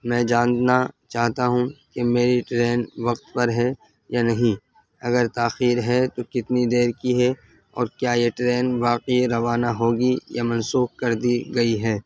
میں جاننا چاہتا ہوں کہ میری ٹرین وقت پر ہے یا نہیں اگر تاخیر ہے تو کتنی دیر کی ہے اور کیا یہ ٹرین واقعی روانہ ہوگی یا منسوخ کر دی گئی ہے